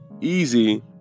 easy